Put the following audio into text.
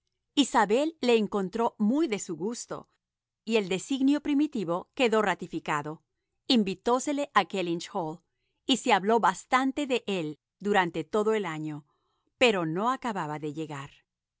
le encontró muy de su gusto y el designio primitivo quedó ratificado invitósele a kellynch hall y se habló bastante de él durante todo el año pero no acababa de llegar